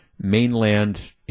mainland